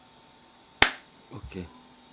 okay